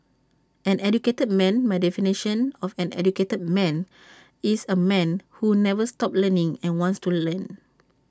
an educated man my definition of an educated man is A man who never stops learning and wants to learn